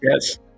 Yes